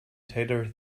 tailor